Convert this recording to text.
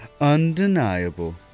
undeniable